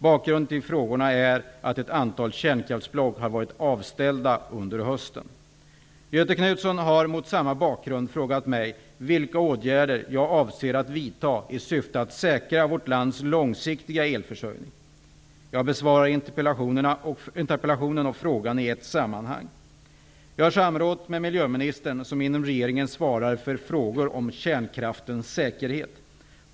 Bakgrunden till frågorna är att ett antal kärnkraftsblock har varit avställda under hösten. Göthe Knutson har mot samma bakgrund frågat mig vilka åtgärder jag avser att vidta i syfte att säkra vårt lands långsiktiga elförsörjning. Jag besvarar interpellationen och frågan i ett sammanhang. Jag har samrått med miljöministern, som inom regeringen svarar för frågor om kärnkraftens säkerhet.